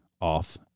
off